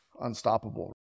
unstoppable